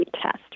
Test